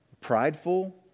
prideful